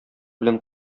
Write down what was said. белән